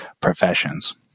professions